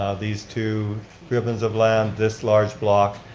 these two ribbons of land, this large block,